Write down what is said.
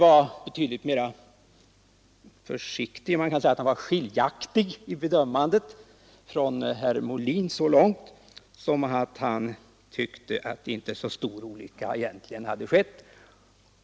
Jag noterade att herr Werner i Malmö i bedömningen var skiljaktig från herr Molin, eftersom han tyckte att det egentligen inte var någon stor olycka som hade skett.